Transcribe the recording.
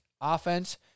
offense